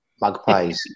magpies